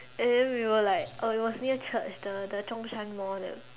and then we were like oh it was near Church the the Zhong-Chang Mall there